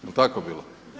Jel' tako bilo?